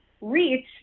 Reach